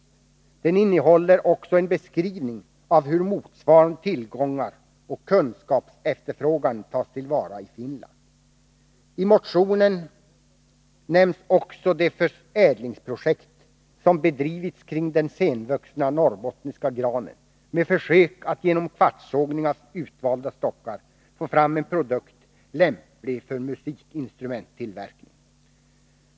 Den innehåller också en beskrivning av hur motsvarande tillgångar och kunskapsefterfrågan tas till vara i Finland. I motionen nämns också det förädlingsprojekt som bedrivits kring den senvuxna norrbottniska granen med försök att genom kvartssågning av utvalda stockar få fram en produkt lämplig för musikinstrumenttillverkning.